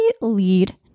lead